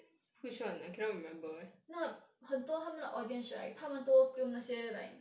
那很多他们的 audience right 他们都 film 那些 like